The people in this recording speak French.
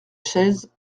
chaises